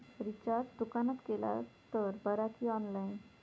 Recharge दुकानात केला तर बरा की ऑनलाइन?